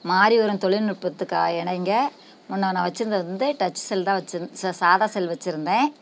மாறி வரும் தொழில்நுட்பத்துக்காயணைங்க முன்னே நான் வெச்சுருந்தது வந்து டச் செல் தான் வெச்சுருந் ச சாதா செல் வெச்சுருந்தேன்